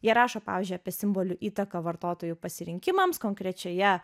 jie rašo pavyzdžiui apie simbolių įtaką vartotojų pasirinkimams konkrečioje